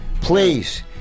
Please